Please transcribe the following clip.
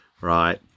Right